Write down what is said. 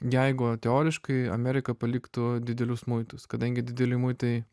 jeigu teoriškai amerika paliktų didelius muitus kadangi dideli muitai